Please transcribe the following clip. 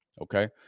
Okay